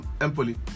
Empoli